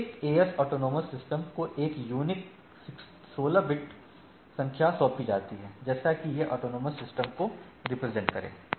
प्रत्येक AS autonomous system को एक यूनीक 16 बिट संख्या सौंपी जाती है जैसे कि यह ऑटोनॉमस सिस्टम को रिप्रेजेंट करें